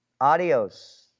Adios